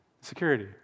security